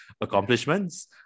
accomplishments